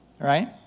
right